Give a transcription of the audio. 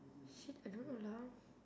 shit I don't know lah